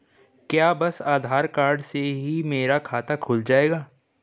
क्या बस आधार कार्ड से ही मेरा खाता खुल जाएगा?